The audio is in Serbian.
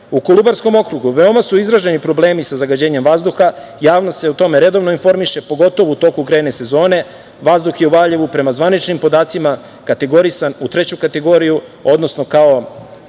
Kolubarskom okrugu veoma su izraženi problemi sa zagađenjem vazduha. Javnost se o tome redovno informiše, pogotovo u toku grejne sezone. Vazduh je u Valjevu, prema zvaničnim podacima, kategorisan u treću kategoriju, odnosno kao